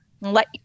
let